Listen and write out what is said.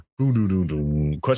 Question